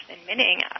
admitting